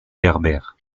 berbères